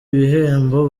ibihembo